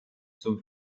zum